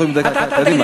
אנחנו בדקה, קדימה.